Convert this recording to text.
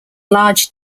large